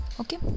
Okay